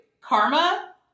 karma